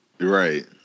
right